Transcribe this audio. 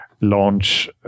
launch